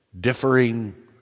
differing